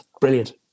Brilliant